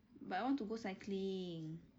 but I want to go cycling